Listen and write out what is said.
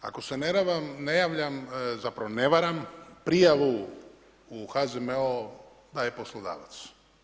Ako se ne javljam, zapravo ne varam, prijavu u HZMO daje poslodavac.